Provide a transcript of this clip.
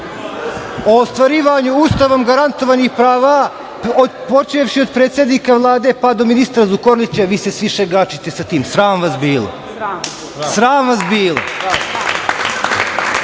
o ostvarivanju Ustavom garantovanih prava, počevši od predsednika Vlade pa do ministra Zukorlića, vi se svi šegačite sa tim, sram vas bilo. Sram vas bilo.